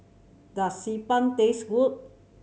does Xi Ban taste good